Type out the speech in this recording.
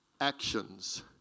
actions